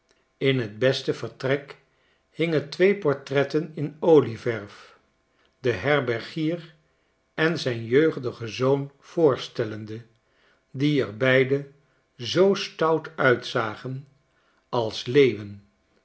in t beste vertrek hingen twee portretten in olieverf den herbergier en zijn jeugdigen zoon voorstellende die er beide zoo stout uitzagen als leeuwen